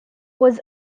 was